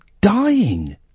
dying